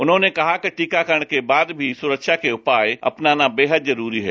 उन्होंने कहा कि टीकाकरण के बाद भी सुरक्षा के उपाय अपनाना बेहद जरूरी है